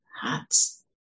hats